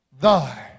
thy